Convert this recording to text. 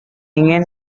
ingin